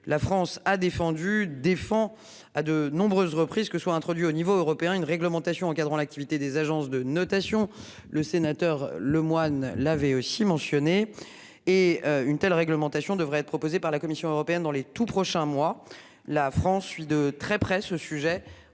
la France a défendu défend à de nombreuses reprises que soit introduit au niveau européen une réglementation encadrant l'activité des agences de notation. Le sénateur, le Moine laver aussi mentionné et une telle réglementation devrait être proposé par la Commission européenne dans les tout prochains mois. La France suit de très près ce sujet